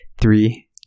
Three